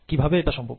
কি ভাবে এটা সম্ভব